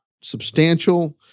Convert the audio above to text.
substantial